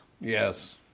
Yes